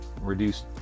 Reduced